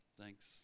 Thanks